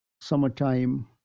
Summertime